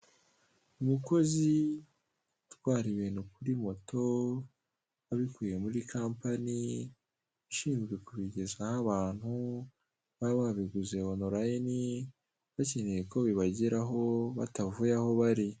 Umukozi utwara ibintu kuri moto abikuye muri kompanyi ishinzwe kubigezaho abantu baba babiguze onorayini bakeneye ko bibageraho batavuye aho bari.